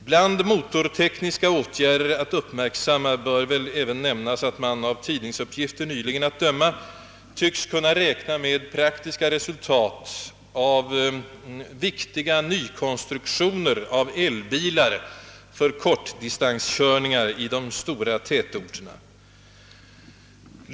Bland motortekniska åtgärder att uppmärksamma bör väl även nämnas att man av tidningsuppgifter nyligen att döma kan räkna med praktiska resultat av viktiga nykonstruktioner av elbilar för kortdistanskörningar i de stora tätorterna.